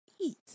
eat